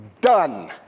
Done